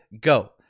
go